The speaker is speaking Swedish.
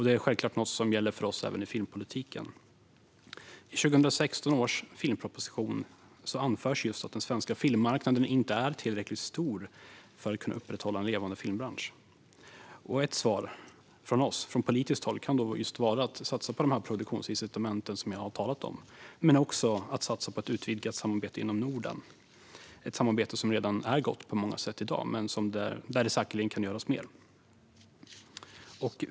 Det är självklart något som gäller för oss även i filmpolitiken. I 2016 års filmproposition anförs just att den svenska filmmarknaden inte är tillräckligt stor för att kunna upprätthålla en levande filmbransch. Ett svar från oss från politisk håll kan då just vara att satsa på de produktionsincitament som jag har talat om men också att satsa på ett utvidgat samarbete inom Norden. Det är ett samarbete som redan är gott på många sätt i dag men där det säkerligen kan göras mer.